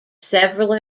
several